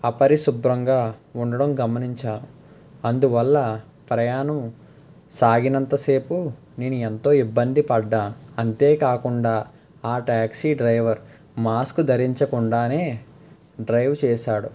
అపరిశుభ్రంగా ఉండడం గమనించాను అందువల్ల ప్రయాణం సాగినంత సేపు నేను ఎంతో ఇబ్బంది పడ్డా అంతే కాకుండా ఆ ట్యాక్సీ డ్రైవర్ మాస్క్ ధరించకుండానే డ్రైవ్ చేశాడు